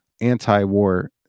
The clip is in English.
anti-war